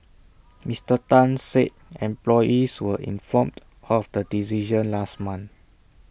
Mister Tan said employees were informed of the decision last month